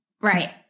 Right